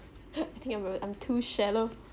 I think I will I'm too shallow